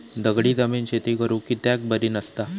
दगडी जमीन शेती करुक कित्याक बरी नसता?